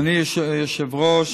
אדוני היושב-ראש,